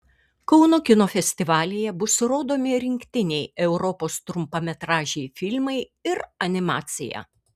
kauno kino festivalyje bus rodomi rinktiniai europos trumpametražiai filmai ir animacija